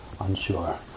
unsure